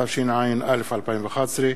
התשע"א 2011,